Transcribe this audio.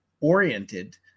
oriented